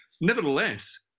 Nevertheless